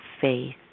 faith